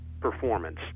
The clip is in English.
performance